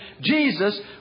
Jesus